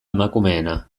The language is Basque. emakumeena